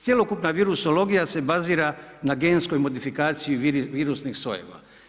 Cjelokupna virusologija se bazira na genskoj modifikacija virusnih sojeva.